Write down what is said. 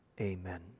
amen